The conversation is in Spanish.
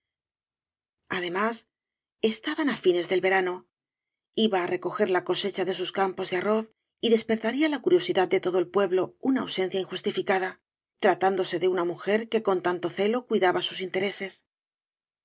además estaban á fines del verano iba á recoger la cosecha de sus campee de arroz y despertaría la curiosidad de todo el pueblo una ausencia injustificada tratándose de una mujer que con tanto celo cuidaba sus intereses